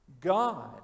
God